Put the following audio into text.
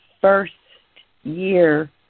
first-year